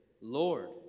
Lord